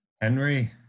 Henry